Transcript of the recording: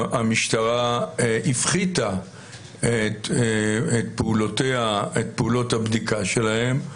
המשטרה הפחיתה את פעולות הבדיקה שלהן?